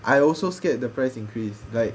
I also scared the price increase like